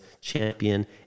champion